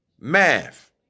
Math